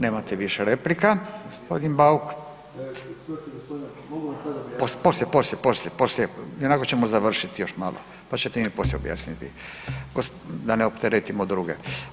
Nemate više replika, g. Bauk. … [[Upadica Bauk, ne razumije se.]] Poslije, poslije, poslije, poslije, ionako ćemo završiti još malo pa ćete mi poslije objasniti da ne opteretimo druge.